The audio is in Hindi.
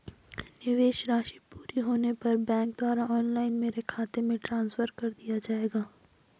निवेश राशि पूरी होने पर बैंक द्वारा ऑनलाइन मेरे खाते में ट्रांसफर कर दिया जाएगा?